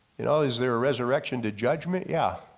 you know is there a resurrection to judgment, yeah.